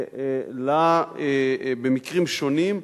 במקרים שונים,